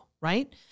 right